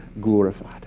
glorified